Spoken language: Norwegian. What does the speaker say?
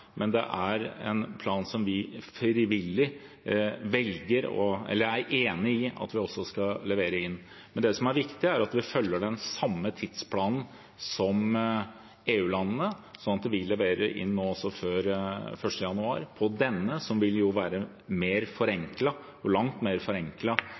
Det er en plan som vi frivillig er enig i at vi skal levere inn. Det som er viktig, er at vi følger den samme tidsplanen som EU-landene, sånn at vi også leverer inn planen før 1. januar. Denne vil være forenklet – og langt mer